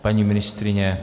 Paní ministryně?